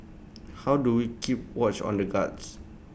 how do we keep watch on the guards